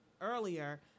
earlier